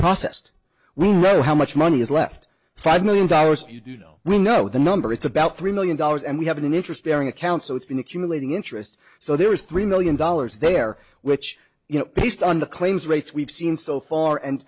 know how much money is left five million dollars you do know we know the number it's about three million dollars and we have an interesting account so it's been accumulating interest so there is three million dollars there which you know based on the claims rates we've seen so far and